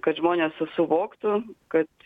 kad žmonės suvoktų kad